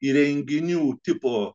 įrenginių tipo